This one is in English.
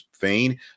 vein